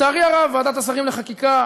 לצערי הרב, ועדת השרים לחקיקה,